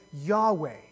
Yahweh